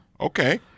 okay